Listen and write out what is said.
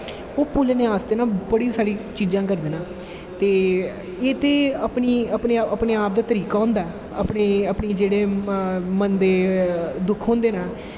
भुल्लनें आस्तै बड़ी सारी चीजां करदे नै ते एह् ते अपनी आपदा तरीका होंदा ऐ अपनें जेह्ड़े मंदें दुख होंदे नै